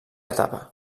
etapa